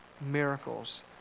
miracles